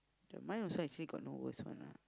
then mine also actually got no worst one ah